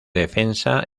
defensa